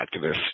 activists